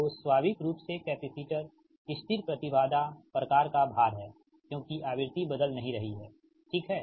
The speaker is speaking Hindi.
तो स्वाभाविक रूप से कैपेसिटर स्थिर प्रति बाधा प्रकार का भार है क्योंकि आवृत्ति बदल नहीं रही है ठीक है